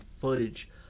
footage